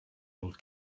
old